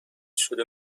شده